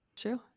true